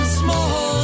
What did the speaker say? small